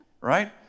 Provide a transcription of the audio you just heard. right